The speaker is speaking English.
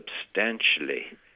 substantially